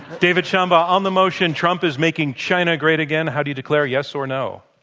david shambaugh, on the motion trump is making china great again, how do you declare, yes or no?